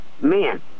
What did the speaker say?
man